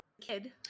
kid